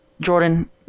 Jordan